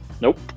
nope